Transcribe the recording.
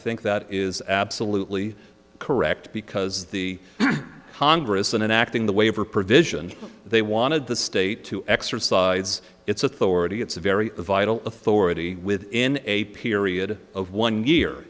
think that is absolutely correct because the congress and enacting the waiver provision they wanted the state to exercise its authority it's a very vital authority within a period of one year